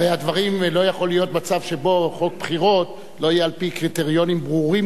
הרי לא יכול להיות מצב שבו חוק בחירות לא יהיה על-פי קריטריונים ברורים,